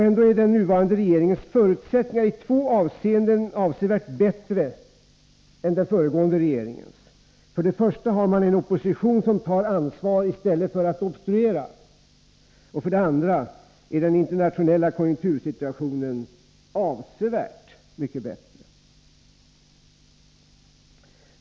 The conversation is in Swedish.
Ändå är den nuvarande regeringens förutsättningar i två avseenden avsevärt bättre än den föregående regeringens. För det första har man en opposition som tar ansvar i stället för att obstruera. För det andra är den internationella konjunktursituationen avsevärt mycket bättre.